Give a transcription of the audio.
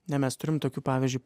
ne mes turim tokių pavyzdžiui